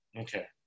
okay